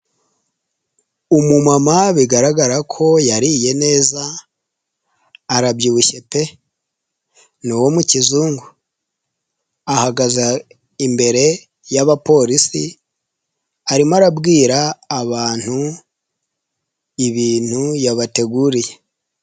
Umumama bigaragara ko yariye neza arabyibushye pe, ni uwo mu kizungu! Ahagaze imbere y'abapolisi arimo arabwira abantu ibintu yabateguriye.